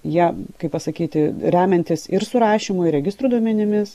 jie kaip pasakyti remiantis ir surašymu ir registrų duomenimis